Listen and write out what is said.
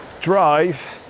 drive